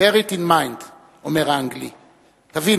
הבדיחה